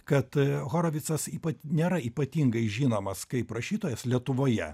kad horovicas ypat nėra ypatingai žinomas kaip rašytojas lietuvoje